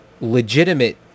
legitimate